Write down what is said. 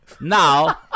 now